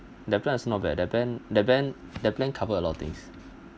the plan is not bad that plan that plan that plan covered a lot of things